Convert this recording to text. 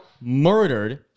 murdered